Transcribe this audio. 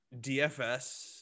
DFS